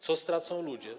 Co stracą ludzie?